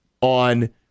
on